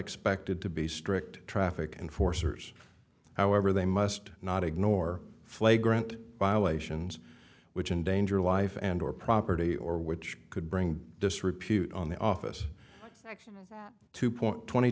expected to be strict traffic enforcers however they must not ignore flagrant violations which in danger life and or property or which could bring disrepute on the office like to point twenty